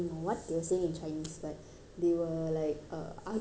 they were like err arguing and then they forgot to mute the call